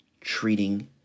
treating